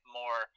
more